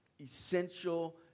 essential